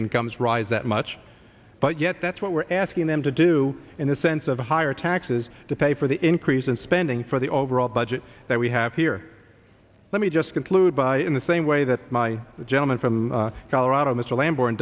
incomes rise that much but yet that's what we're asking them to do in the sense of higher taxes to pay for the increase in spending for the overall budget that we have here let me just conclude by in the same way that my gentleman from colorado mr la